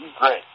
great